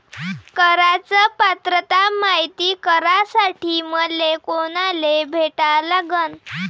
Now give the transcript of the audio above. कराच पात्रता मायती करासाठी मले कोनाले भेटा लागन?